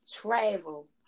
Travel